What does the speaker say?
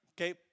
Okay